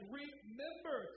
remember